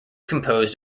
composed